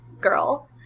girl